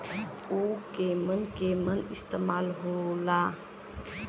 उव केमन केमन इस्तेमाल हो ला?